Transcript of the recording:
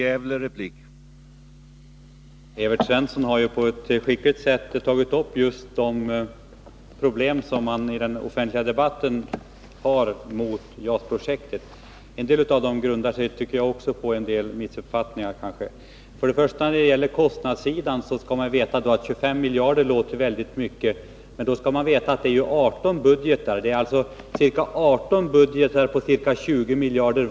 Herr talman! Evert Svensson har på ett skickligt sätt tagit upp just de invändningar somi den offentliga debatten riktats mot JAS-projektet. En del av dem grundar sig, enligt min uppfattning, på missuppfattningar. När det till att börja med gäller kostnadssidan låter 25 miljarder väldigt mycket. Men då skall man veta att det är fråga om 18 budgetar på ca 20 miljarder vardera, dvs. totalt ca 400 miljarder.